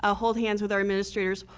ah hold hands with our administrators,